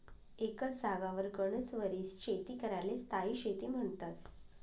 एकच जागावर गनच वरीस शेती कराले स्थायी शेती म्हन्तस